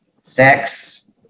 sex